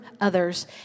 others